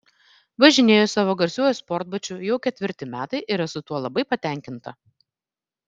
važinėju savo garsiuoju sportbačiu jau ketvirti metai ir esu tuo labai patenkinta